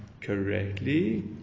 correctly